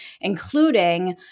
including